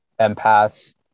empaths